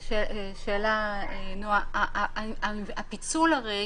שאלה: הפיצול הרי